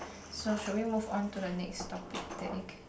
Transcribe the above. so should we move on to the next topic that you can